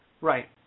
Right